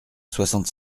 soixante